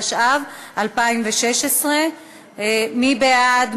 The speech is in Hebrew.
התשע"ו 2016. מי בעד?